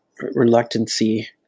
reluctancy